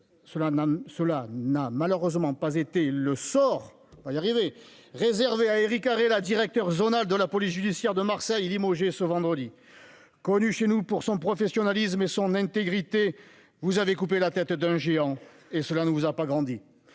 cela n'a malheureusement pas été le sort va y arriver, réservé à Éric Arella directeur zonal de la police judiciaire de Marseille limogé, ce vendredi, connu chez nous pour son professionnalisme et son intégrité, vous avez coupé la tête d'un géant et cela ne vous a pas grandi